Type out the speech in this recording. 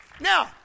now